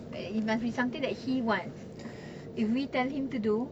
and it must be something that he wants if we tell him to do